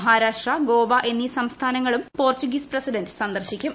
മഹാരാഷ്ട്ര ഗോവ എന്നീ സംസ്ഥാനങ്ങളും Portuguese president സന്ദർശിക്കും